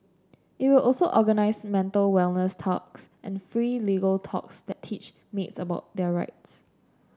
it will also organise mental wellness talks and free legal talks that teach maids about their rights